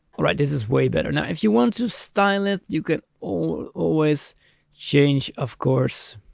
alright, this is way better. now if you want to style it, you can always change of course,